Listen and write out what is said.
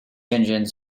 engines